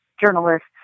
journalists